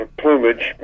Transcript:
plumage